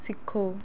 ਸਿੱਖੋ